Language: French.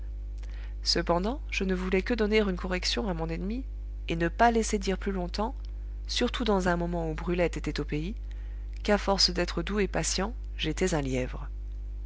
cependant je ne voulais que donner une correction à mon ennemi et ne pas laisser dire plus longtemps surtout dans un moment où brulette était au pays qu'à force d'être doux et patient j'étais un lièvre